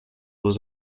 was